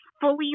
fully